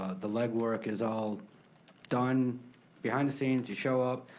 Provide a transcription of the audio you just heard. ah the legwork is all done behind the scenes. you show up,